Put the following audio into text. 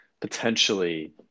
potentially